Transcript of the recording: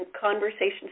conversations